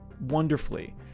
wonderfully